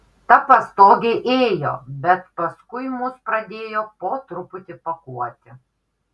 ta pastogė ėjo bet paskui mus pradėjo po truputį pakuoti